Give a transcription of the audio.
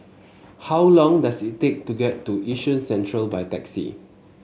how long does it take to get to Yishun Central by taxi